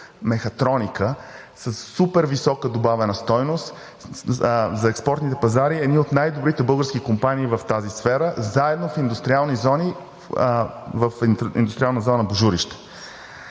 „Мехатроника“ със супер висока добавена стойност – за експортните пазари са едни от най-добрите български компании в тази сфера, заедно в Индустриална зона Божурище.